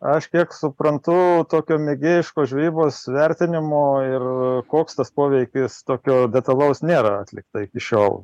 aš kiek suprantu tokio mėgėjiškos žvejybos vertinimo ir koks tas poveikis tokio detalaus nėra atlikta iki šiol